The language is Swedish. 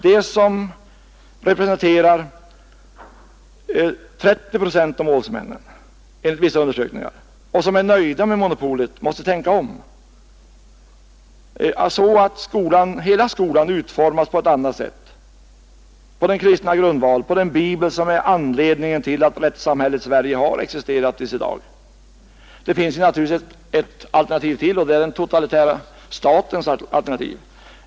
De som enligt vissa undersökningar representerar 30 procent av målsmännen och som är nöjda med monopolet måste tänka om, så att hela skolan utformas på ett annat sätt, på en kristen grundval, på den bibel som är anledningen till att rättssamhället i Sverige har existerat till i dag. Det finns naturligtvis ett alternativ till, och det är den totalitära statens.